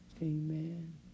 Amen